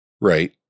right